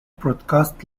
broadcast